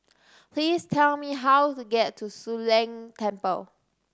please tell me how to get to Soon Leng Temple